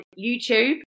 YouTube